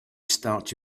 start